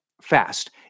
fast